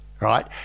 right